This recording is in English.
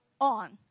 on